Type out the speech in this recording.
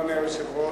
אדוני היושב-ראש,